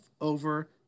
over